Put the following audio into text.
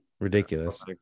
ridiculous